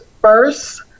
first